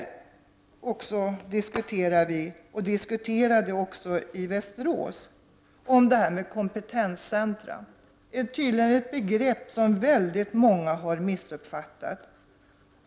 Vi diskuterade också i Västerås frågan om kompetenscentra. Det är tydligen ett begrepp som väldigt många har missuppfattat.